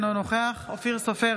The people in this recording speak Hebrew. אינו נוכח אופיר סופר,